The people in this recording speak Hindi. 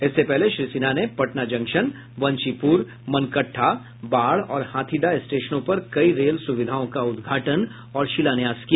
इससे पहले श्री सिन्हा ने पटना जंक्शन वंशीपुर मनकट्ठा बाढ़ और हाथीदह स्टेशनों पर कई रेल सुविधाओं का उद्घाटन और शिलान्यास किया